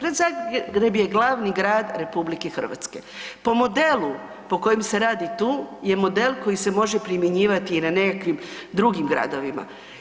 Grad Zagreb je glavni grad RH, po modelu po kojem se radi tu je model koji se može primjenjivati i na nekakvim drugim gradovima.